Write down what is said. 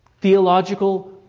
theological